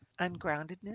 Ungroundedness